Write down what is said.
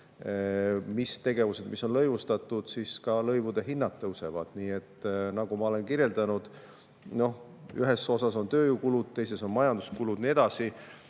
mis tegevused on lõivustatud, ka lõivude hinnad tõusevad. Nii et nagu ma olen kirjeldanud, ühes osas on tööjõukulud, teises on majanduskulud ja nii edasi.